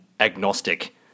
agnostic